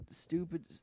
stupid